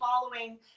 following